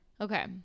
okay